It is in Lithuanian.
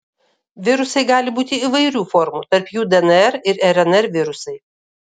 virusai gali būti įvairių formų tarp jų dnr ir rnr virusai